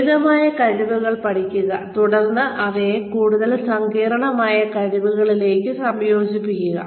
ലളിതമായ കഴിവുകൾ പഠിപ്പിക്കുക തുടർന്ന് അവയെ കൂടുതൽ സങ്കീർണ്ണമായ കഴിവുകളിലേക്ക് സംയോജിപ്പിക്കുക